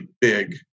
big